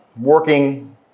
working